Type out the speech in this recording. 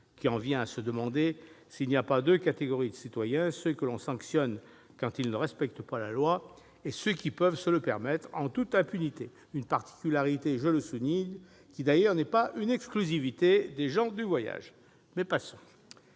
qui en vient à se demander s'il n'y a pas deux catégories de citoyens : ceux que l'on sanctionne quand ils ne respectent pas la loi et ceux qui peuvent tout se permettre en toute impunité. Voilà une particularité qui, d'ailleurs, je le souligne, n'est pas une exclusivité propre aux gens du voyage ; mais passons